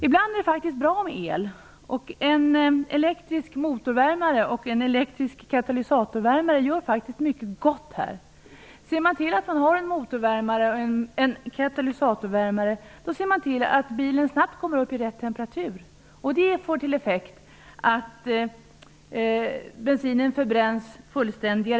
Ibland är det bra med el, och en elektrisk motorvärmare och en elektrisk katalysatorvärmare gör mycket gott. Om man har en motorvärmare och en katalysatorvärmare kommer bilen snabbt upp i rätt temperatur, och det får till effekt att bensinen förbränns mera fullständigt.